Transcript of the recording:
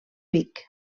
vic